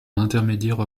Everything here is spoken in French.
intermédiaire